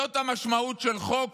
זאת המשמעות של החוק